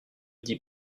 dis